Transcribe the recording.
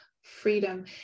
freedom